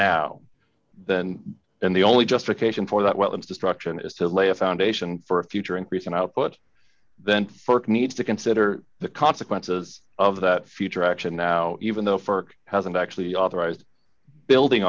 now then and the only justification for that well and destruction is to lay a foundation for a future increase in output then st need to consider the consequences of that future action now even though for hasn't actually authorized building